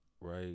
right